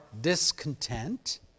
discontent